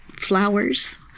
flowers